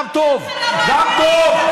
גם טוב,